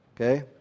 Okay